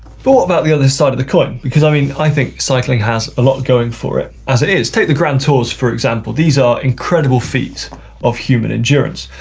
but what about the other side of the coin, because i mean i think cycling has a lot going for it as it is. take the grand tours for example. these are incredible feats of human endurance.